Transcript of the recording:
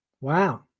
wow